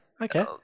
Okay